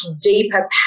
deeper